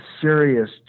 serious